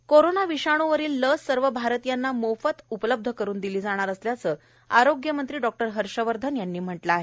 dry run corona विषाणूवरील लस सर्व भारतीयांना मोफत उपलब्ध करून दिली जाणार असल्याचं आरोग्यमंत्री डॉक्टर हर्ष वर्धन यांनी म्हटलं आहे